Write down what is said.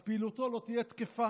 אז פעילותו לא תהיה תקפה.